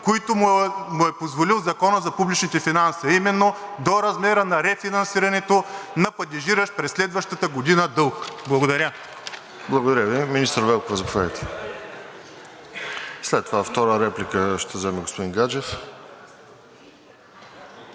които му е позволил Законът за публичните финанси, а именно до размера на рефинансирането на падежиращ през следващата година дълг. Благодаря. ПРЕДСЕДАТЕЛ РОСЕН ЖЕЛЯЗКОВ: Благодаря Ви. Министър Велкова, заповядайте. След това втора реплика ще вземе господин Гаджев.